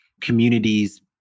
communities